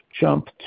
jump